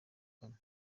kane